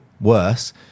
worse